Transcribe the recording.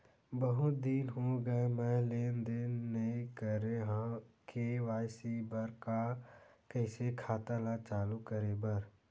बहुत दिन हो गए मैं लेनदेन नई करे हाव के.वाई.सी बर का का कइसे खाता ला चालू करेबर?